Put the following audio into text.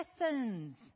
lessons